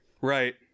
Right